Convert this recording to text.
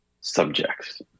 subjects